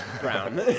Brown